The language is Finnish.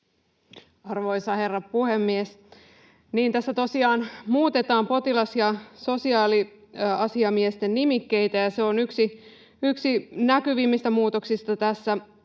Arvoisa herra puhemies! Tässä tosiaan muutetaan potilas- ja sosiaaliasiamiesten nimikkeitä, ja se on yksi näkyvimmistä muutoksista.